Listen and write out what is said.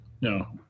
No